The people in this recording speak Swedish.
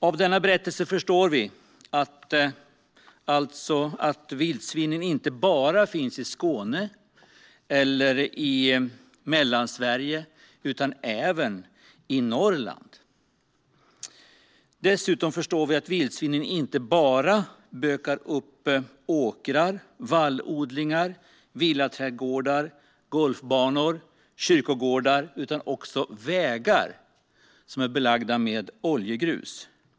Av denna berättelse förstår vi alltså att vildsvinen inte bara finns i Skåne och Mellansverige utan även i Norrland. Dessutom förstår vi att vildsvinen inte bara bökar upp åkrar, vallodlingar, villaträdgårdar, golfbanor och kyrkogårdar utan också vägar som är belagda med oljegrus.